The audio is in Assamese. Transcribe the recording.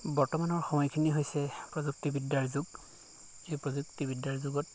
বৰ্তমানৰ সময়খিনি হৈছে প্ৰযুক্তিবিদ্যাৰ যুগ সেই প্ৰযুক্তিবিদ্যাৰ যুগত